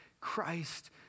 Christ